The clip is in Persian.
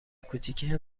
کوچیکه